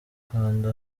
kanda